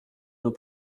nos